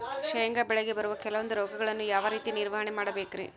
ಶೇಂಗಾ ಬೆಳೆಗೆ ಬರುವ ಕೆಲವೊಂದು ರೋಗಗಳನ್ನು ಯಾವ ರೇತಿ ನಿರ್ವಹಣೆ ಮಾಡಬೇಕ್ರಿ?